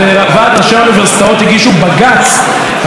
אני לא בטוח שנכון להתייחס לזה כרגע,